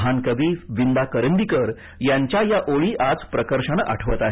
महान कवी विंदा करंदीकर यांच्या या ओळी आज प्रकर्षाने आठवत आहे